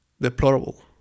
Deplorable